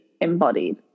embodied